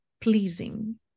pleasing